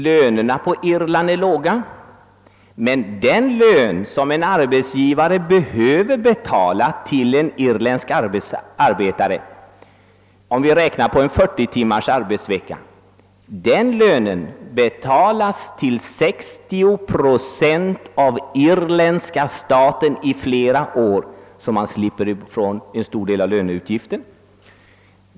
Lönerna på Irland är låga, men den lön som en arbetsgivare betalar till en irländsk arbetare — om vi räknar på en arbetsvecka om 40 timmar — bestrides ändå till 60 procent av irländska staten under flera år. Företagaren slipper alltså ifrån en stor del av löneutgiften.